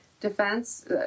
defense